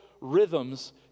rhythms